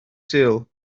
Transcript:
sul